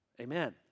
Amen